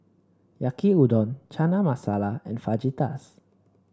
Yaki Udon Chana Masala and Fajitas